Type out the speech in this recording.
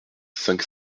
cinq